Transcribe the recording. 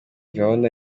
gahunda